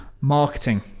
marketing